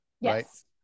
Yes